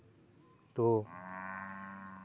ᱛᱚ